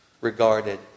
regarded